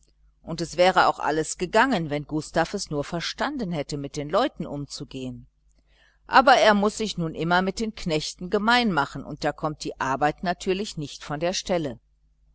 und es wäre auch alles gegangen wenn gustav es nur verstanden hätte mit den leuten umzugehen aber er muß sich nun immer mit den knechten gemein machen und da kommt die arbeit natürlich nicht von der stelle